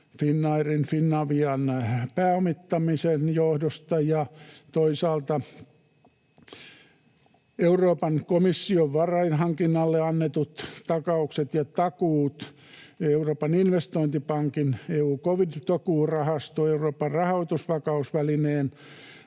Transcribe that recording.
Finnairin ja Finavian pääomittamisen johdosta, ja toisaalta on Euroopan komission varainhankinnalle annetut takaukset ja takuut, Euroopan investointipankin EU:n covid-takuurahasto ja Euroopan rahoitusvakausvälineen